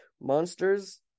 Monsters